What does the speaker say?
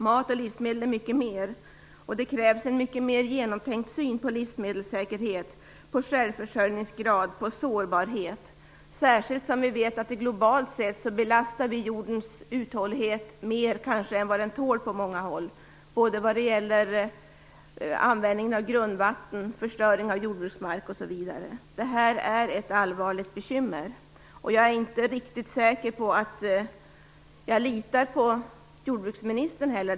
Mat är mycket mer, och det krävs en mycket mer genomtänkt syn på livsmedelssäkerhet, självförsörjningsgrad och på sårbarhet. Detta särskilt som vi vet att vi globalt sett belastar jordens uthållighet mer än vad den kanske tål på många håll, både vad gäller användning av grundvatten, förstörelse av jordbruksmark osv. Detta är ett allvarligt bekymmer, och jag är inte riktigt säker på att jag litar på jordbruksministern.